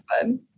fun